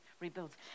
rebuilds